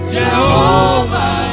Jehovah